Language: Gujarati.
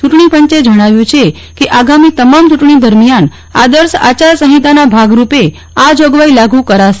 ચૂંટણી પંચે જણાવ્યું છે કે આગામી તમામ યૂંટણી દરમિયાન આદર્શ આચાર સંહિતાના ભાગ રૂપે આ જાગવાઇ લાગુ કરાશે